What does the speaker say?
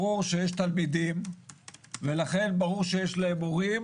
ברור שיש תלמידים ולכן ברור שיש להם הורים